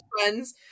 friends